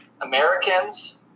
Americans